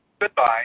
Goodbye